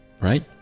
right